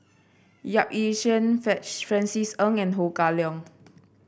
Yap Ee Chian Francis Ng and Ho Kah Leong